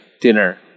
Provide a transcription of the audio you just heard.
dinner